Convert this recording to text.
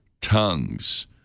tongues